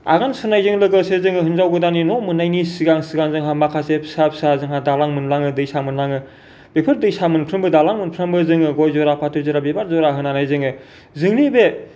आगान सुरनायजों लोगोसे जोङो हिनजाव गोदाननि न' मोननायनि सिगां सिगां जोंहा माखासे फिसा फिसा जोंहा दालां मोनलाङो दैसा मोनलाङो बेफोर दैसा मोनफ्रोमबो दालां मोनफ्रोमबो जोङो गय जरा फाथै जरा बिबार जरा होनानै जोङो जोंनि बे